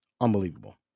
unbelievable